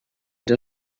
der